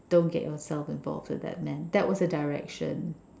don't get yourself involved with that man that was the direction